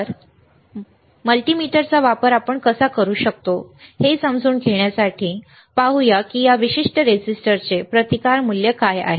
तर मल्टिमीटरचा वापर आपण कसा करू शकतो हे समजून घेण्यासाठी पाहू की या विशिष्ट प्रतिरोधकांचे प्रतिकार मूल्य काय आहे